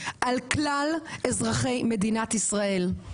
על כלל אזרחי מדינת ישראל.